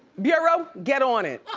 bureau, get on it.